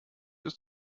ist